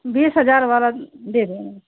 बीस हज़ार वाला दे दो हमें